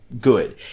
good